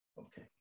Okay